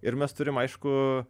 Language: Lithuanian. ir mes turim aišku